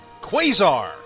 Quasar